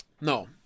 no